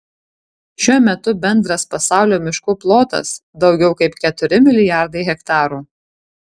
šiuo metu bendras pasaulio miškų plotas daugiau kaip keturi milijardai hektarų